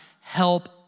help